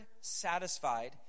satisfied